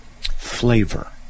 flavor